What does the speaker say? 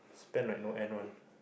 spend like no end one